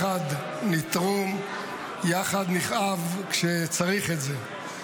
"יחד נתרום", "יחד נכאב" כשצריך את זה.